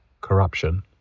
corruption